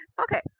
Okay